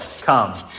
come